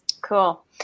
Cool